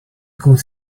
good